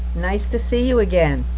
nice to see you again.